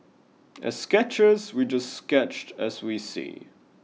as sketchers we just sketch as we see